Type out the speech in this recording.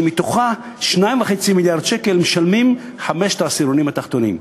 שמתוכם 2.5 מיליארד שקל משלמים חמשת העשירונים התחתונים.